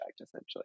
essentially